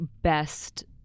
best